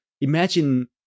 Imagine